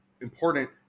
important